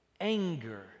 anger